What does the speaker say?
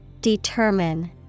Determine